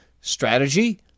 Strategy